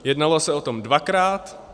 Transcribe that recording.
Jednalo se o tom dvakrát.